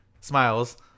smiles